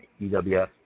EWS